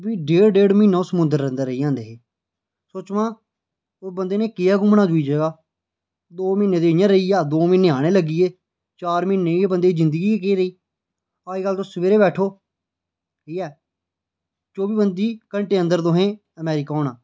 ते डेढ़ डेढ़ म्हीना ओह् समुंद्र च रेही जंदे हे सो चो आं ओह् बंदे नै केह् घुम्मना दूई जगह् दौ म्हीने इ'यां रेही गेआ दौ म्हीने आने गी लग्गी गे चार म्हीने इ'यां बंदे दी जिंदगी गै केह् रेही अजकल तुस सवेरे बैठो ठीक ऐ चौह्बी पंजी घैंटे दे अंदर तुसें अमेरिका होना